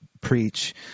preach